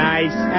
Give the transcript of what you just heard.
Nice